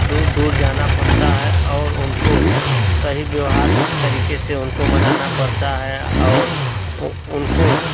दूर दूर जाना पड़ता है और उनको सही व्यवहार तरीके से उनको मनाना पड़ता है और उन उनको